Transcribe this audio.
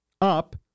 up